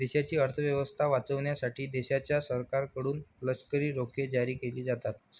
देशाची अर्थ व्यवस्था वाचवण्यासाठी देशाच्या सरकारकडून लष्करी रोखे जारी केले जातात